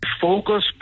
focus